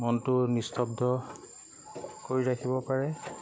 মনটো নিস্তব্ধ কৰি ৰাখিব পাৰে